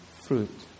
fruit